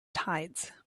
tides